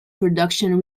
production